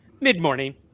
Mid-morning